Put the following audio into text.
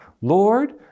Lord